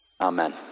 amen